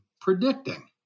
predicting